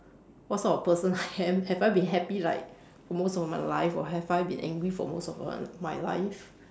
what sort of person I am have I been happy like for most of my life or have I been angry for most of what my life